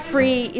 Free